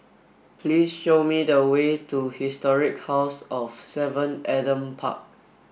please show me the way to Historic House of seven Adam Park